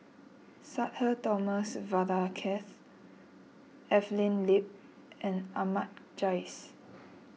Sudhir Thomas Vadaketh Evelyn Lip and Ahmad Jais